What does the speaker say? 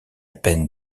peine